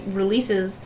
releases